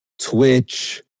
Twitch